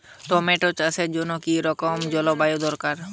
Tomato চাষের জন্য কি রকম জলবায়ু দরকার?